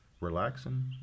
relaxing